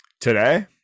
Today